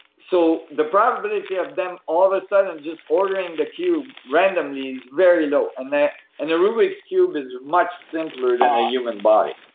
so the probability of them all of a sudden just ordering the cube randomly is very low and the and the rubik's cube is much simpler than a human body,